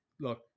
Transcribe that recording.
look